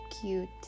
cute